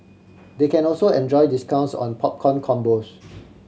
they can also enjoy discounts on popcorn combos